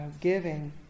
giving